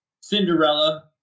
Cinderella